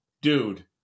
Dude